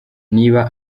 niba